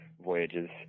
voyages